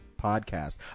podcast